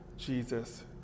Jesus